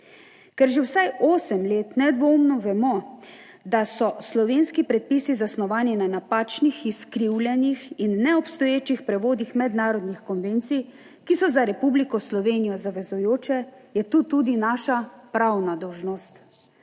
Ker že vsaj osem let nedvoumno vemo, da so slovenski predpisi zasnovani na napačnih, izkrivljenih in neobstoječih prevodih mednarodnih konvencij, ki so za Republiko Slovenijo zavezujoče, je to tudi naša pravna dolžnost.